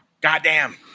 Goddamn